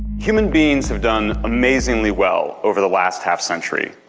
human beings have done amazingly well over the last half century.